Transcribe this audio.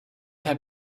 had